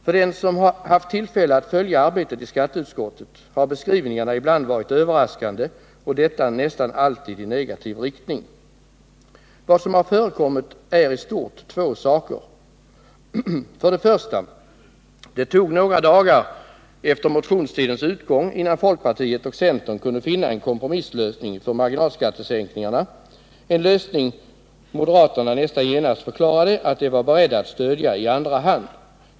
För den som haft tillfälle att följa arbetet i skatteutskottet har beskrivningarna ibland varit överraskande — detta nästan alltid i negativ riktning. Vad som har förekommit är i stort sett två saker. 1. Det tog några dagar efter motionstidens utgång innan folkpartiet och centern kunde finna en kompromisslösning för marginalskattesänkningarna, en lösning som moderaterna nästan genast förklarade att de var beredda att stödja i andra hand.